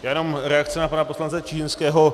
Já jenom reakce na pana poslance Čižinského.